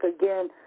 again